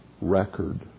record